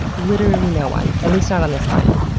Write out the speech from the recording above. literally no one. at least on this planet,